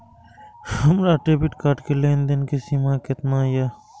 हमार debit card के लेन देन के सीमा केतना ये?